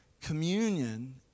Communion